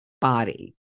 body